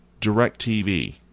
DirecTV